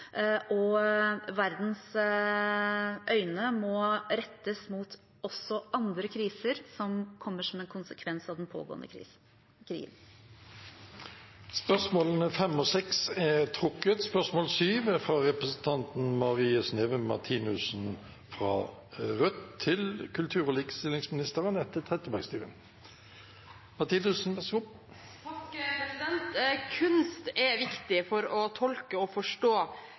og verdens øyne må rettes også mot andre kriser, som kommer som en konsekvens av den pågående krigen. Dette spørsmålet er trukket. Dette spørsmålet er trukket. Vi går da til spørsmål 7. «Kunst er viktig for å tolke og forstå samfunnet og